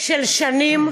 של שנים.